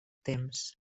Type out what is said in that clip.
temps